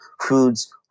foods